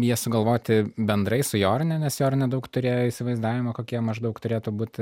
jie sugalvoti bendrai su jorūne nes jorūnė daug turėjo įsivaizdavimo kokie maždaug turėtų būt